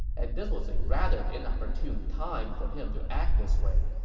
and this was a rather inopportune time for him to act this way